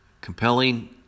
Compelling